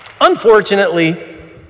unfortunately